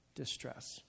distress